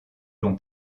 l’on